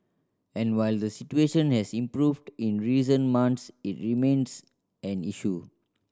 and while the situation has improved in recent months it remains an issue